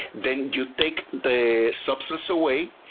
then you take the substance away,